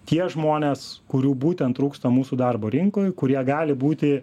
tie žmonės kurių būtent trūksta mūsų darbo rinkoj kurie gali būti